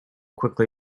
quickly